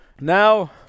Now